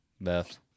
Beth